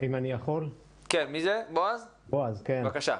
בועז, בבקשה.